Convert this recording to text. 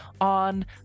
on